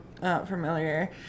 familiar